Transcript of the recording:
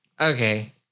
Okay